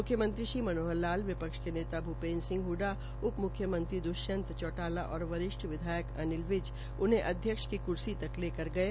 मुख्यमंत्री श्री मनोहर लाल विपक्ष के नेता भूपेन्द्र सिंह हडडा उप मुख्यमंत्री द्वष्यंत चौटाला और वरिष्ठ विधायक अनिल विज उन्हें अध्यक्ष की क्सी तक लेकर गये